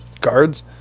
guards